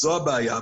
זו הבעיה.